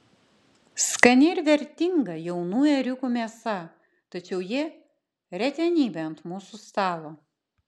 skani ir vertinga jaunų ėriukų mėsa tačiau ji retenybė ant mūsų stalo